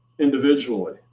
individually